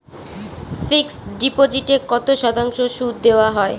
Fixed ডিপোজিটে কত শতাংশ সুদ দেওয়া হয়?